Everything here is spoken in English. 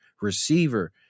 receiver